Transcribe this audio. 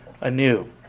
anew